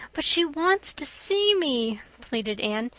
but she wants to see me, pleaded anne.